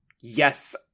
yes